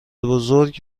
بزرگ